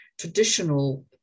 traditional